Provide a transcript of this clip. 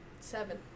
Seven